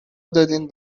دادین